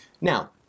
Now